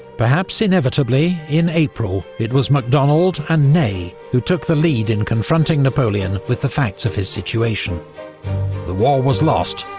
perhaps inevitably, in april, it was macdonald and ney who took the lead in confronting napoleon with the facts of his situation the war was lost,